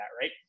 right